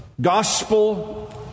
gospel